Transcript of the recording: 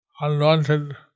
unwanted